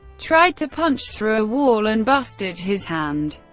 tried to punch through a wall and busted his hand.